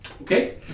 Okay